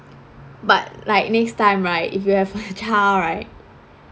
but like next time right if you have a child right